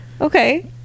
Okay